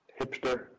hipster